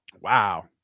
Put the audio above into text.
Wow